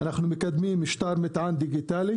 אנחנו מ קדמים שטר מטען דיגיטלי,